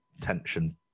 tension